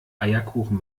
eierkuchen